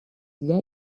для